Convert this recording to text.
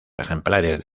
ejemplares